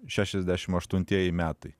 šešiasdešim aštuntieji metai